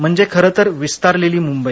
म्हणजे खरंतर विस्तारलेली मुंबई